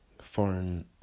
foreign